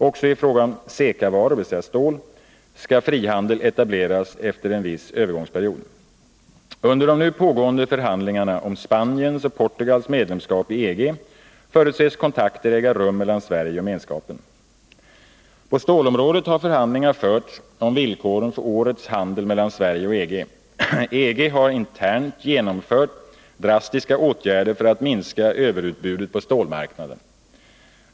Också i fråga om CECA varor, dvs. stål, skall frihandel etableras efter en viss övergångsperiod. Under de nu pågående förhandlingarna om Spaniens och Portugals medlemskap i EG förutses kontakter äga rum mellan Sverige och Gemenskapen. På stålområdet har förhandlingar förts om villkoren för årets handel mellan Sverige och EG. EG har internt genomfört drastiska åtgärder för att minska överutbudet på stålmarknaden.